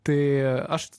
tai aš